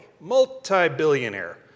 multi-billionaire